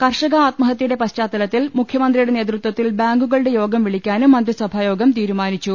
കർഷക ആത്മഹത്യയുടെ പശ്ചാത്തലത്തിൽ മുഖ്യമന്ത്രിയുടെ നേതൃത്വത്തിൽ ബാങ്കുകളുടെ യോഗം വിളിക്കാനും മന്ത്രിസഭായോഗം തീരുമാനിച്ചു